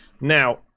Now